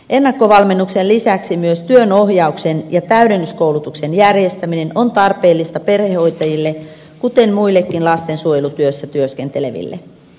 ennakkovalmennuksen lisäksi myös työnohjauksen ja täydennyskoulutuksen järjestäminen on tarpeellista perhehoitajille kuten muillekin lastensuojelutyössä työskenteleville